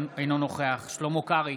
אינו נוכח שלמה קרעי,